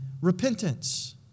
repentance